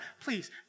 please